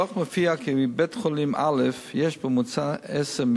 בדוח מופיע כי בבית-חולים א' יש בממוצע עשרה